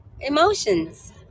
Emotions